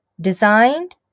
Designed